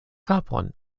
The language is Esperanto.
kapon